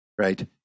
right